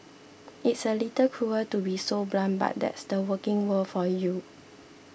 it's a little cruel to be so blunt but that's the working world for you